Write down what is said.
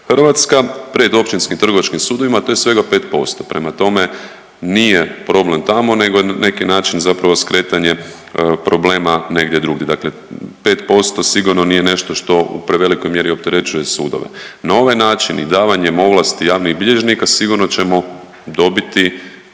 Hrvatska pred Općinskim trgovačkim sudovima. To je svega 5%. Prema tome, nije problem tamo nego je na neki način zapravo skretanje problema negdje drugdje. Dakle, 5% sigurno nije nešto što u prevelikoj mjeri opterećuje sudove. Na ovaj način i davanjem ovlasti javnih bilježnika sigurno ćemo dobiti